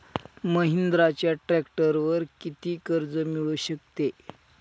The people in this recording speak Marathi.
महिंद्राच्या ट्रॅक्टरवर किती कर्ज मिळू शकते?